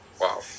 Wow